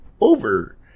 over